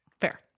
Fair